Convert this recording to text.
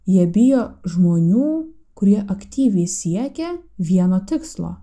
jie bijo žmonių kurie aktyviai siekia vieno tikslo